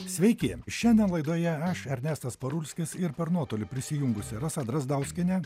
sveiki šiandien laidoje aš ernestas parulskis ir per nuotolį prisijungusi rasa drazdauskienė